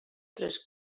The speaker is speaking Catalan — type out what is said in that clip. tres